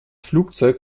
flugzeug